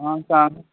आं सांग